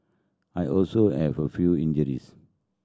I also have a few injuries